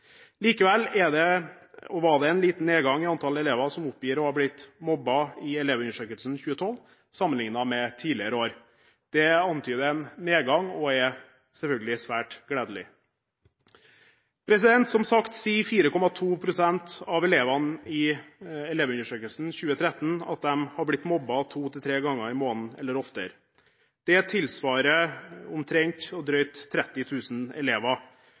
Likevel var det i Elevundersøkelsen 2012 en liten nedgang i antall elever som oppgir å ha blitt mobbet, sammenlignet med tidligere år. Det antyder en nedgang og er selvfølgelig svært gledelig. Som sagt sier 4,2 pst. av elevene i Elevundersøkelsen 2013 at de har blitt mobbet to–tre ganger i måneden eller oftere. Det tilsvarer drøyt 30 000 elever, og det er veldig mange enkeltskjebner og enkeltindivider. Det er med andre ord titalls tusen elever